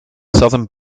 southern